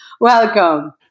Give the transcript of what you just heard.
Welcome